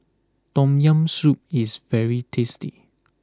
Tom Yam Soup is very tasty